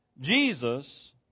Jesus